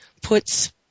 puts